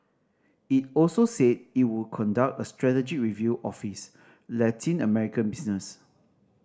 it also said it would conduct a strategy review of its Latin American business